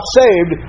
saved